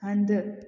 हंधि